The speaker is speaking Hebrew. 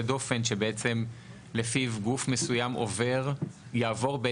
דופן שבעצם לפיו גוף מסוים יכול לעבור